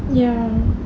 ya